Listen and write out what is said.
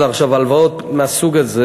ההלוואות מהסוג הזה,